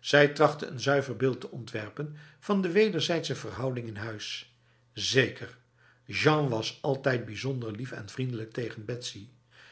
zij trachtte een zuiver beeld te ontwerpen van de wederzijdse verhouding in huis zeker jean was altijd bijzonder lief en vriendelijk tegen betsy